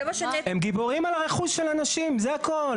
הם גיבורים על הרכוש של אנשים, זה הכול.